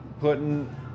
putting